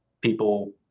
people